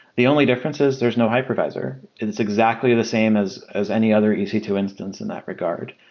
the only difference is there's no hypervisor. it is exactly the same as as any other e c two instance in that regard,